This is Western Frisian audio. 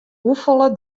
hoefolle